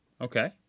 Okay